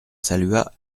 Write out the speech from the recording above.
salua